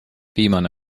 viimane